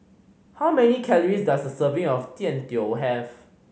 how many calories does a serving of Jian Dui have